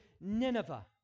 Nineveh